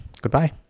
goodbye